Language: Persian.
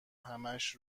همش